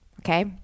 Okay